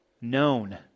Known